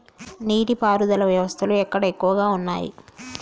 నీటి పారుదల వ్యవస్థలు ఎక్కడ ఎక్కువగా ఉన్నాయి?